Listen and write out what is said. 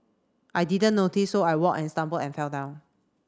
I didn't notice so I walked and stumbled and fell down